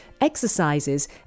exercises